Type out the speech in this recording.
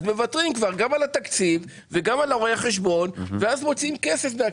אז מוותרים גם על התקציב וגם על רואה החשבון ואז מוציאים כסף מהכיס.